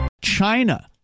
China